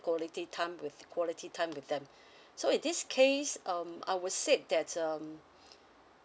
quality time with quality time with them so in this case um I would say that's um